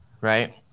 Right